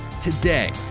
Today